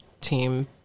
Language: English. team